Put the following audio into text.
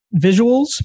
visuals